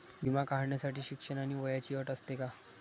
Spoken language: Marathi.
विमा काढण्यासाठी शिक्षण आणि वयाची अट असते का?